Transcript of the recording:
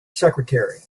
secretary